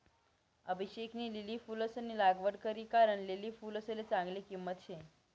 अभिषेकनी लिली फुलंसनी लागवड करी कारण लिली फुलसले चांगली किंमत शे